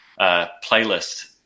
playlist